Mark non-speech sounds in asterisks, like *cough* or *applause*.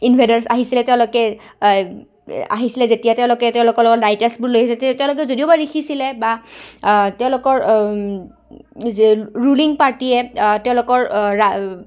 *unintelligible* আহিছিলে তেওঁলোকে আহিছিলে যেতিয়া তেওঁলোকে তেওঁলোকৰ লগত লাইটছবোৰ লৈ আহিছিলে তেওঁলোকে যদিওবা লিখিছিলে বা তেওঁলোকৰ ৰুলিং পাৰ্টীয়ে তেওঁলোকৰ *unintelligible*